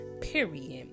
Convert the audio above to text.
period